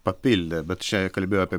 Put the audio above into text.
papildė bet čia kalbėjo apie